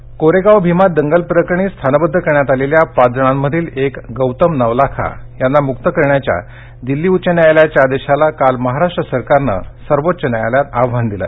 राज्य सरकार कोरेगांव भीमा दंगल प्रकरणी स्थानबद्ध करण्यात आलेल्या पाच जणांमधील एक गौतम नवलाखा यांना मुक्त करण्याच्या दिल्ली उच्च न्यायालयाच्या आदेशाला काल महाराष्ट्र सरकारनं सर्वोच्च न्यायालयात आव्हान दिलं